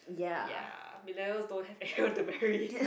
ya Millennials don't have anyone to marry